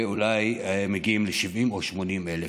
ואולי מגיעים ל-70,000 או ל-80,000,